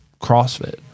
CrossFit